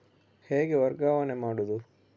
ಹೇಗೆ ವರ್ಗಾವಣೆ ಮಾಡುದು?